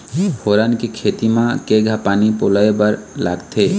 फोरन के खेती म केघा पानी पलोए बर लागथे?